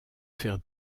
faire